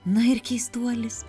na ir keistuolis